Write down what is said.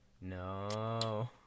No